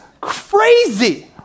crazy